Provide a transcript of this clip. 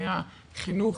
מהחינוך,